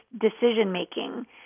decision-making